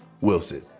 Wilson